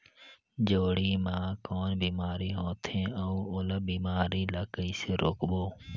जोणी मा कौन बीमारी होथे अउ ओला बीमारी ला कइसे रोकबो?